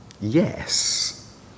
Yes